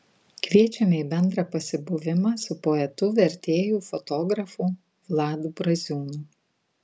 kviečiame į bendrą pasibuvimą su poetu vertėju fotografu vladu braziūnu